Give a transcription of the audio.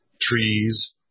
trees